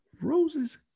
Rose's